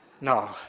No